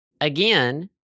again